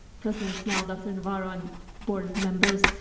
president snell, dr. navarro and board members.